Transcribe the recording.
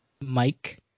Mike